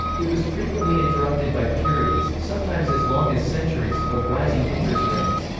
it was frequently interrupted by periods, sometimes as long as centuries, of rising interest rates.